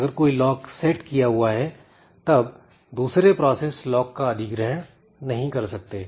अगर कोई lock set किया हुआ है तब दूसरे प्रोसेस लॉक का अधिग्रहण नहीं कर सकते